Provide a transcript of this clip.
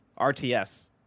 RTS